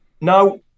now